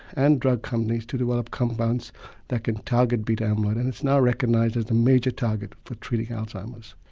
and drug companies, to develop compounds that can target beta amyloid and it's now recognised as the major target for treating alzheimer's.